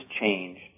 changed